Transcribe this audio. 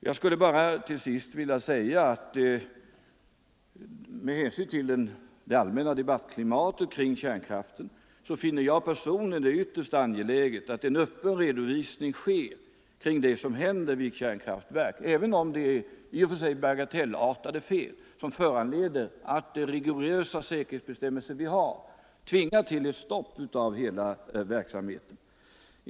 Jag vill bara till sist säga att jag med hänsyn till det allmänna debattklimatet vad beträffar kärnkraften finner det ytterst angeläget att en öppen redovisning sker av det som händer vid ett kärnkraftverk, även om det är i och för sig bagatellartade fel som enligt de rigorösa säkerhetsbestämmelserna tvingar fram ett stopp av hela verksamheten.